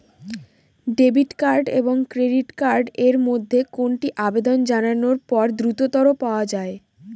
Debit এবং credit card এর মধ্যে কোনটি আবেদন জানানোর পর দ্রুততর পাওয়া য়ায়?